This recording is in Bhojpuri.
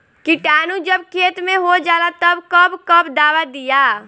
किटानु जब खेत मे होजाला तब कब कब दावा दिया?